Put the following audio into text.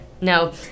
No